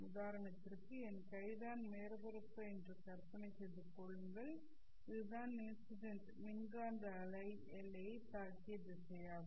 உதாரணத்திற்கு என் கை தான் மேற்பரப்பு என்று கற்பனை செய்து கொள்ளுங்கள் இது தான் இன்சிடென்ட் மின்காந்த அலை எல்லையைத் தாக்கிய திசையாகும்